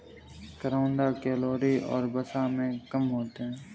करौंदा कैलोरी और वसा में कम होते हैं